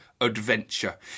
adventure